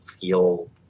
feel